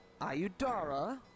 Ayudara